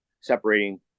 separating